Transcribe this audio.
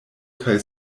kaj